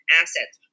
assets